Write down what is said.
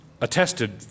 attested